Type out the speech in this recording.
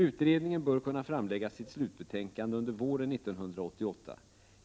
Utredningen bör kunna framlägga sitt slutbetänkande under våren 1988.